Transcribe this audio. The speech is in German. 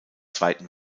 zweiten